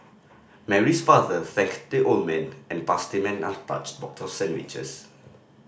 Mary's father thanked the old man and passed him an untouched box of sandwiches